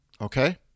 Okay